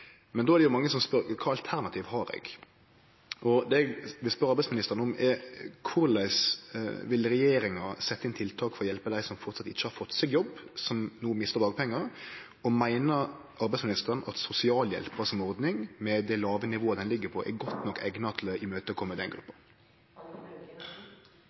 men då er det mange som spør: Kva alternativ har eg? Det eg vil spørje arbeidsministeren om, er: Korleis vil regjeringa setje inn tiltak for å hjelpe dei som fortsatt ikkje har fått seg jobb, og som no mistar dagpengane? Og meiner arbeidsministeren at sosialhjelpa som ordning, med det låge nivået ho ligg på, er godt nok eigna til å imøtekomme den gruppa?